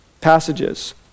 passages